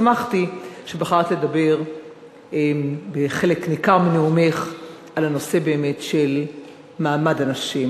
שמחתי שבחרת לדבר בחלק ניכר מנאומך על הנושא של מעמד הנשים